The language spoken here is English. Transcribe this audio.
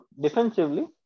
defensively